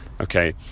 Okay